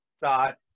thought